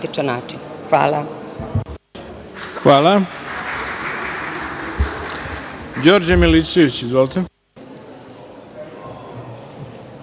Hvala.